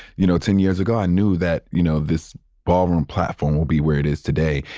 you know, ten years ago, i knew that, you know, this ballroom platform will be where it is today.